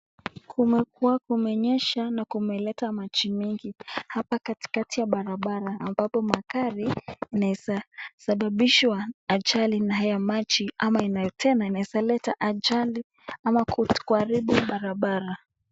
Kumekuwa kumenyesha na kumeleta maji mengi hapa katikati ya barabara ambapo magari unaweza sababishwa ajali na haya maji ama tena inaweza leta ajali ama kuharibu barabara.